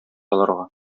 аларга